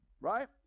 Right